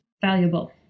valuable